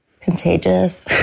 contagious